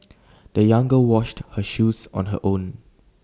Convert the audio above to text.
the young girl washed her shoes on her own